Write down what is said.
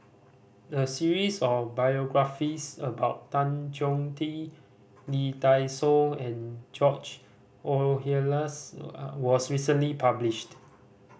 a series of biographies about Tan Choh Tee Lee Dai Soh and George Oehlers was recently published